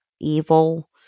evil